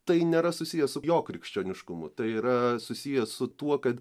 tai nėra susiję su jo krikščioniškumu tai yra susiję su tuo kad